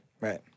Right